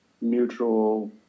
mutual